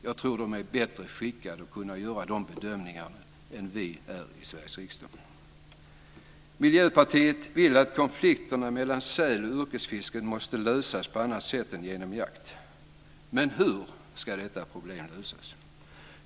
Jag tror att de är bättre skickade att göra de bedömningarna än vi här i Sveriges riksdag. Miljöpartiet anser att konflikterna mellan säl och yrkesfisket måste lösas på annat sätt än genom jakt. Men hur ska detta problem lösas?